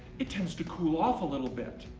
it tends to cool off a little bit.